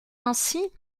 ainsi